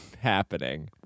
happening